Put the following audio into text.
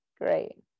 great